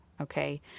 Okay